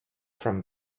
from